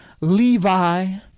Levi